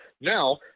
now